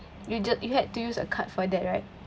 you ju~ you had to use a card for that right